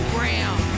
Graham